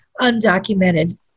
undocumented